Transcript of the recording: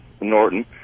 Norton